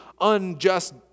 unjust